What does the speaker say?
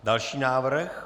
Další návrh.